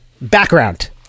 Background